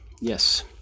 Yes